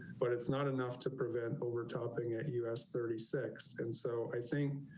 but it's not enough to prevent overtopping at us thirty six. and so i think